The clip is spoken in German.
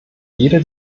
jeder